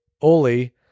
Oli